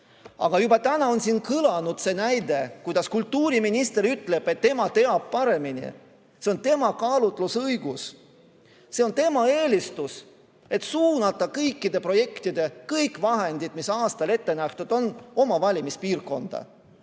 Aga täna on juba siin kõlanud see näide, kuidas kultuuriminister ütleb, et tema teab paremini, see on tema kaalutlusõigus, see on tema eelistus, et suunata kõikide projektide kõik vahendid, mis aastaks ette nähtud on, oma valimispiirkonda.